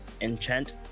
enchant